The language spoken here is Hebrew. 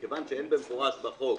מכיוון שאין במפורש בחוק